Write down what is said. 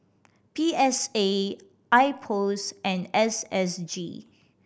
P S A IPOS and S S G